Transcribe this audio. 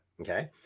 Okay